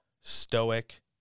stoic